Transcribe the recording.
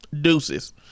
Deuces